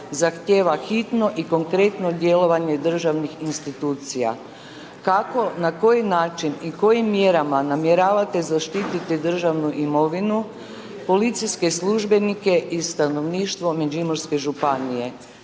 zahtjeva hitno i konkretno djelovanje državnih institucija, kako, na koji način i kojim mjerama namjeravate zaštiti državnu imovinu, policijske službenike i stanovništvo Međimurske županije?